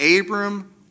Abram